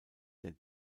der